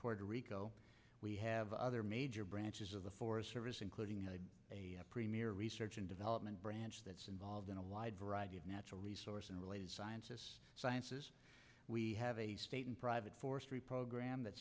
puerto rico we have other major branches of the forest service including a premier research and development branch that's involved in a wide variety of natural resource and related sciences sciences we have a private forestry program that